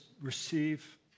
receive